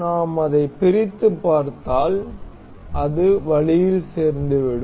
நாம் அதை பிரித்து பார்த்தால் அது வழியில் சேர்ந்துவிடும்